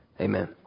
Amen